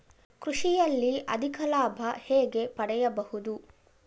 ಕೃಷಿಯಲ್ಲಿ ಅಧಿಕ ಲಾಭ ಹೇಗೆ ಪಡೆಯಬಹುದು?